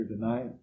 tonight